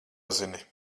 zini